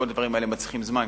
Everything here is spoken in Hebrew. כי כל הדברים האלה מצריכים זמן.